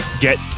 get